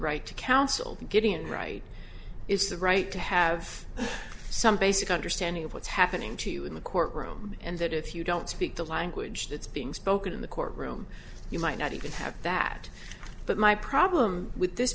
right to counsel getting in right it's the right to have some basic understanding of what's happening to you in the courtroom and that if you don't speak the language that's being spoken in the court room you might not even have that but my problem with this